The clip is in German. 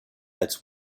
als